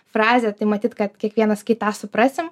frazė tai matyt kad kiekvienas kai tą suprasim